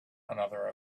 another